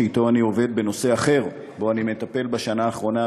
שאתו אני עובד בנושא אחר שבו אני מטפל בשנה האחרונה,